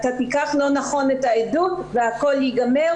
'אתה תיקח לא נכון את העדות והכל ייגמר